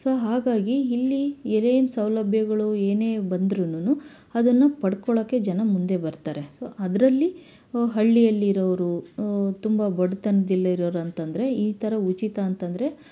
so ಹಾಗಾಗಿ ಇಲ್ಲಿ ಏನೇನು ಸೌಲಭ್ಯಗಳು ಏನೇ ಬಂದ್ರುನು ಅದನ್ನು ಪಡ್ಕೊಳ್ಳೋಕೆ ಜನ ಮುಂದೆ ಬರ್ತಾರೆ ಸೊ ಅದರಲ್ಲಿ ಹಳ್ಳಿಯಲ್ಲಿ ಇರೋವ್ರು ತುಂಬ ಬಡ್ತನ್ದಲ್ಲಿ ಇರೋವ್ರು ಅಂತಂದರೆ ಈ ಥರ ಉಚಿತ ಅಂತಂದರೆ